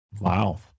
wow